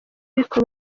ariko